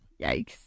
Yikes